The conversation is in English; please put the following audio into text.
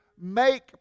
make